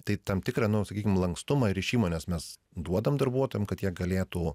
tai tam tikrą nu sakykim lankstumą ir iš įmonės mes duodam darbuotojam kad jie galėtų